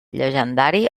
llegendari